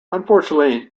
unfortunately